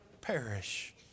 perish